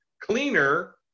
cleaner